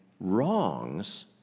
wrongs